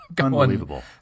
Unbelievable